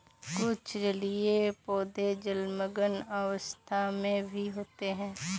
कुछ जलीय पौधे जलमग्न अवस्था में भी होते हैं